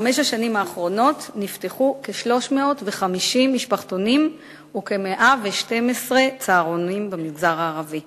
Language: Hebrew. בחמש השנים האחרונות נפתחו כ-350 משפחתונים וכ-112 צהרונים במגזר הערבי.